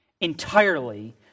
entirely